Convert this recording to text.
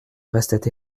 restaient